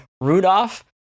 Rudolph